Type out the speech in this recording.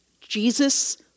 Jesus